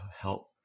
help